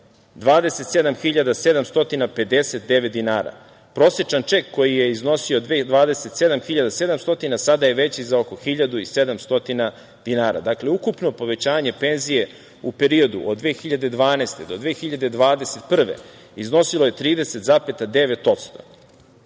27.759 dinara. Prosečan ček koji je iznosio 27.700, sada je veći za oko 1.700 dinara. Dakle, ukupno povećanje penzije u periodu od 2012. do 2021. godine je